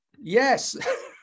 Yes